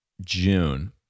june